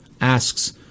asks